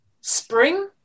Spring